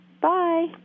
bye